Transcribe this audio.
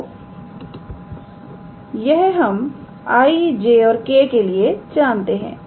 तोयह हम 𝑖̂𝑗̂ और 𝑘̂ के लिए जानते हैं